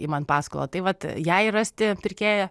imant paskolą tai vat jai rasti pirkėją